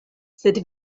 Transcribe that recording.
sed